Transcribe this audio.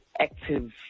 active